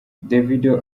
davido